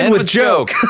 and with joke.